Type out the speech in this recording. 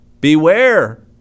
Beware